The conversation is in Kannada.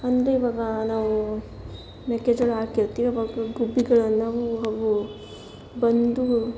ಅಂದರೆ ಇವಾಗ ನಾವು ಮೆಕ್ಕೆಜೋಳ ಹಾಕಿರ್ತೀವಿ ಆವಾಗ ಗುಬ್ಬಿಗಳೆಲ್ಲವೂ ಅವು ಬಂದು